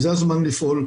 זה הזמן לפעול.